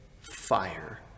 fire